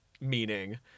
meaning